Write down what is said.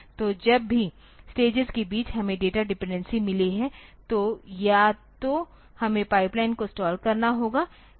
तो जब भी स्टेजेस के बीच हमें डेटा डिपेंडेंसी मिली है तो या तो हमें पाइपलाइन को स्टाल करना होगा